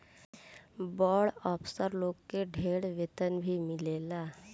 बड़ अफसर लोग के ढेर वेतन भी मिलेला